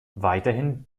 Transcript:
weiterhin